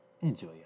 enjoy